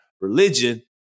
religion